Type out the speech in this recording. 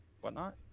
whatnot